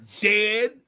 dead